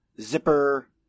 Zipper